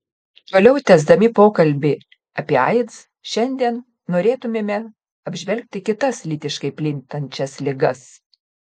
toliau tęsdami pokalbį apie aids šiandien norėtumėme apžvelgti kitas lytiškai plintančias ligas